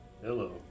hello